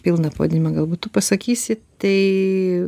pilną pavadinimą galbūt tu pasakysi tai